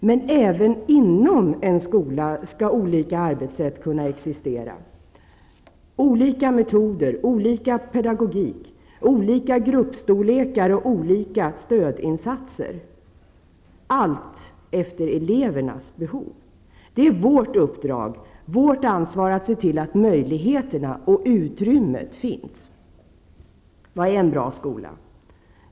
Men även inom en skola skall olika arbetsätt kunna existera: olika metoder, olika pedagogik, olika gruppstorlekar och olika stödinsatser, allt efter elevernas behov. Det är vårt uppdrag, vårt ansvar, att se till att möjligheterna och utrymmet finns. Vad är en bra skola?